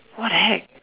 what the heck